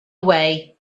away